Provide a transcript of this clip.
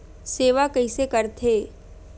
सेवा कइसे करथे?